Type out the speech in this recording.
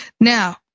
Now